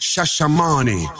Shashamani